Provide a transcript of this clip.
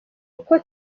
uko